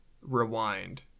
rewind